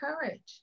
courage